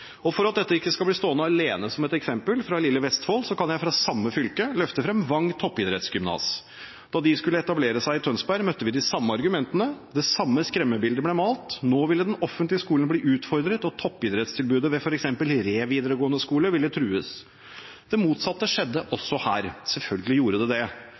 mangfold. For at dette ikke skal bli stående alene som et eksempel fra lille Vestfold, kan jeg fra samme fylke løfte frem Wang toppidrettsgymnas. Da de skulle etablere seg i Tønsberg, møtte vi de samme argumentene, det samme skremmebildet ble malt: Nå ville den offentlige skolen bli utfordret, og toppidrettstilbudet ved f.eks. Re videregående skole ville trues. Det motsatte skjedde også her. Selvfølgelig gjorde det det.